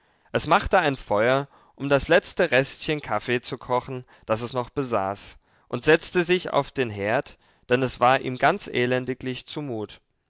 es machte ein feuer um das letzte restchen kaffee zu kochen das es noch besaß und setzte sich auf den herd denn es war ihm ganz elendiglich zumut